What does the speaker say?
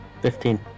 Fifteen